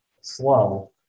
slow